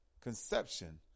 conception